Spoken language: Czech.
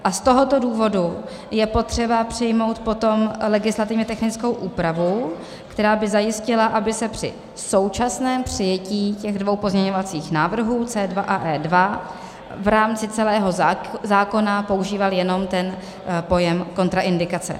Z tohoto důvodu je potřeba přijmout potom legislativně technickou úpravu, která by zajistila, aby se při současném přijetí těch dvou pozměňovacích návrhů, C2 a E2, v rámci celého zákona používal jenom ten pojem kontraindikace.